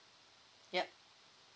yup